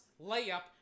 layup